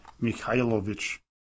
Mikhailovich